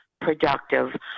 productive